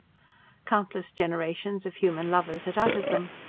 countless generations of human lovers had uttered them.